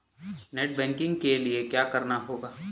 Net banking के लिए क्या करना होगा?